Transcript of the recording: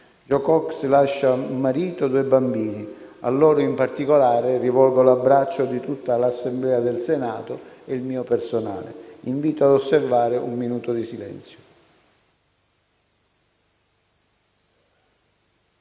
Jo Cox lascia un marito e due bambini. A loro in particolare rivolgo l'abbraccio di tutta l'Assemblea del Senato e mio personale. Invito ad osservare un minuto di silenzio.